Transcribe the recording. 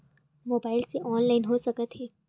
Mobile से online हो सकत हे?